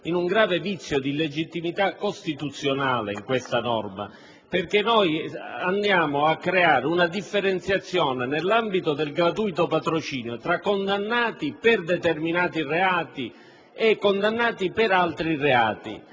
in un grave vizio di illegittimità costituzionale in questa norma perché andiamo a creare una differenziazione, nell'ambito del gratuito patrocinio, tra condannati per determinati reati e condannati per altri reati.